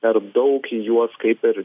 per daug juos kaip ir